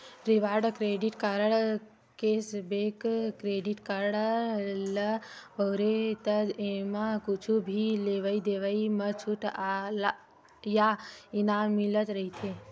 reward credit card, cashback credit card ल बउरबे त एमा कुछु भी लेवइ देवइ म छूट या इनाम मिलत रहिथे